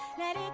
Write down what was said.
net